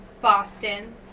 Boston